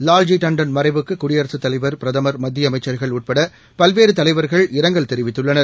லால்ஜி தாண்டன் மறைவுக்குடியரசுத் தலைவர் பிரதமர் மத்தியஅமைச்சர்கள் உட்படபல்வேறுதலைவர்கள் இரங்கல் தெரிவித்துள்ளனர்